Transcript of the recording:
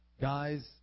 Guys